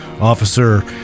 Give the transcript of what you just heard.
officer